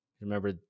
Remember